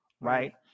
Right